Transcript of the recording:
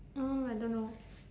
mm I don't know